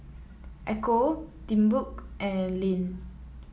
Ecco Timbuk and Lindt